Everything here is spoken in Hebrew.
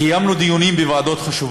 על העברת החוק.